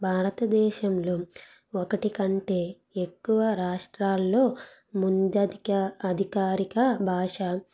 భారతదేశంలో ఒకటికంటే ఎక్కువ రాష్ట్రాలలో ముందు అధిక అధికారిక భాష